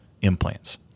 implants